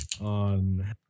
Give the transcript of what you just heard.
on